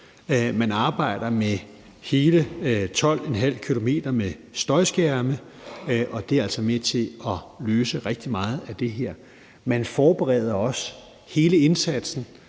Man arbejder med hele 12,5 km med støjskærme, og det er altså med til at løse rigtig meget af det her. Man forbereder også hele indsatsen,